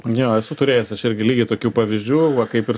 jo esu turėjęs aš irgi lygiai tokių pavyzdžių va kaip ir